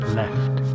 left